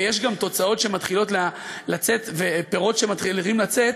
ויש גם תוצאות שמתחילות לצאת ופירות שמתחילים לצאת,